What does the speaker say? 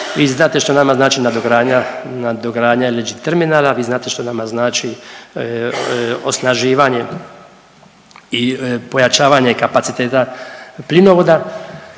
vi znate što nama znači nadogradnja, nadogradnja LNG terminala, vi znate što nama znači osnaživanje i pojačavanje kapaciteta plinovoda